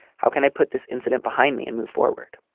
how can i put this incident behind me and move forward